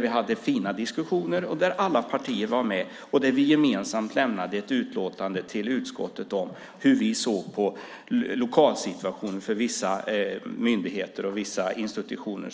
Vi hade fina diskussioner där alla partier var med och där vi gemensamt lämnade ett utlåtande till utskottet om hur vi såg på lokalsituationen för vissa myndigheter och institutioner.